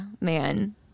man